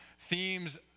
themes